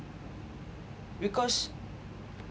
because